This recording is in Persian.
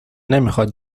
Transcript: نمیخواد